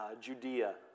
Judea